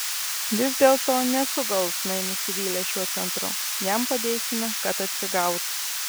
vis dėlto nesu galutinai nusivylęs šiuo centru jam padėsime kad atsigautų